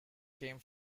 came